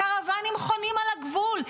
הקרוואנים חונים על הגבול.